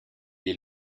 est